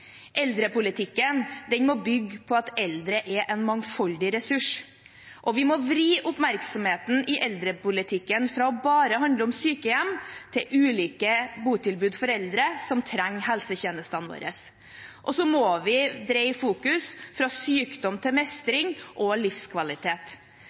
Eldrepolitikken må bygge på at eldre er en mangfoldig ressurs, og vi må vri oppmerksomheten i eldrepolitikken fra bare å handle om sykehjem til å handle om ulike botilbud for eldre som trenger helsetjenestene våre. Så må vi dreie fokuset fra sykdom til